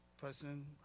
person